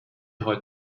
heute